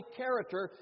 character